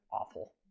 awful